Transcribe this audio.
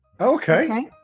Okay